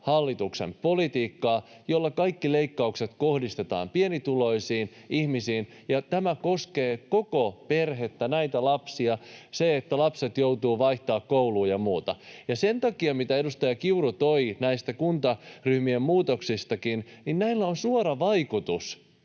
hallituksen politiikkaa, jolla kaikki leikkaukset kohdistetaan pienituloisiin ihmisiin. Tämä koskee koko perhettä, myös näitä lapsia, jotka joutuvat vaihtamaan koulua ja muuta, eli niin kuin edustaja Kiurukin toi näistä kuntaryhmien muutoksista, näillä on suora vaikutus